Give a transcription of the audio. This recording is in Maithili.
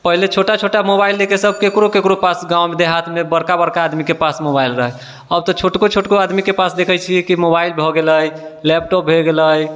पहिले छोटा छोटा मोबाइल लैके सब ककरो ककरो पास गाँव देहातमे बड़का बड़का आदमीके पास मोबाइल रहै आब तऽ छोटको छोटको आदमीके पास देखै छियै कि मोबाइल भए गेलै लैपटॉप भए गेलै